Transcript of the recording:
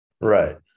right